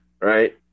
Right